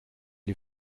dir